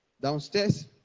downstairs